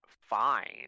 fine